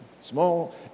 small